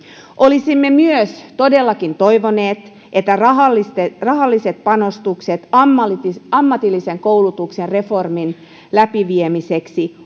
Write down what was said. olisimme myös todellakin toivoneet että rahalliset rahalliset panostukset ammatillisen ammatillisen koulutuksen reformin läpiviemiseksi